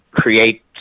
create